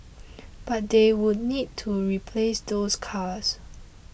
but they would need to replace those cars